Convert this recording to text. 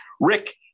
Rick